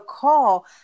call